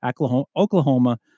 Oklahoma